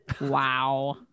Wow